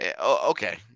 Okay